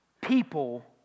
people